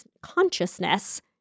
consciousness